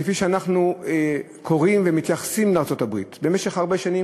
כפי שאנחנו קוראים ומתייחסים לארצות-הברית במשך הרבה שנים,